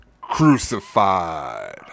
Crucified